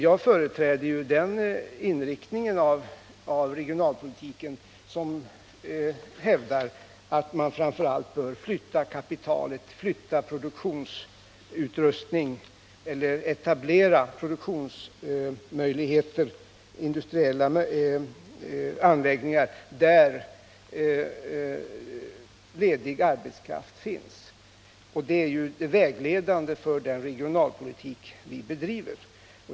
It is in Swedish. Jag företräder den inriktning av regionalpolitiken som hävdar att man först och främst bör flytta kapitalet, dvs. etablera produktionsmöjligheter och industriella anläggningar dit där ledig arbetskraft finns. Detta är ju också det vägledande för den regionalpolitik vi bedriver.